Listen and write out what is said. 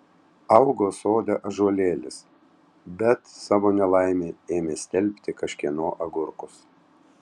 augo sode ąžuolėlis bet savo nelaimei ėmė stelbti kažkieno agurkus